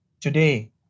Today